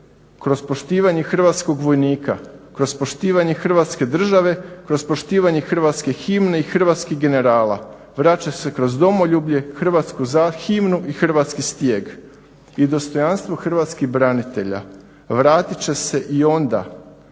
Kroz poštivanje hrvatskog vojnika, kroz poštivanje Hrvatske države. Kroz poštivanje hrvatske himne i hrvatskih generala. Vraća se kroz domoljublje, hrvatsku himnu i hrvatski stijeg. I dostojanstvo hrvatskih branitelja vratit će se i onda